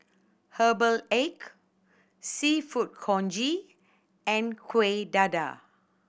herbal egg Seafood Congee and Kueh Dadar